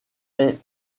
est